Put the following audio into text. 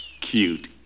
Cute